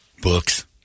Books